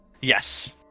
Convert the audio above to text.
Yes